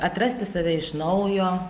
atrasti save iš naujo